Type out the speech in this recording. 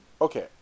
Okay